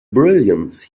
brilliance